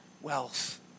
wealth